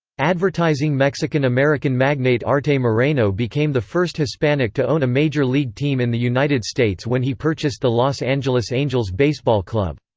advertising mexican-american magnate arte moreno became the first hispanic to own a major league team in the united states when he purchased the los angeles angels baseball club.